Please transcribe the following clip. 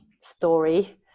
story